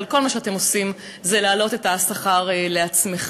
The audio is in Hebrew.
אבל כל מה שאתם עושים זה להעלות את השכר לעצמכם.